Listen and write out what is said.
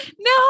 No